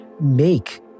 make